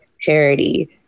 charity